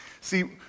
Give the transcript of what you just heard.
See